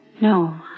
No